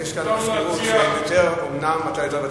יש כאן מזכירות, אומנם אתה יותר ותיק,